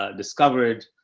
ah discovered,